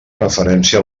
referència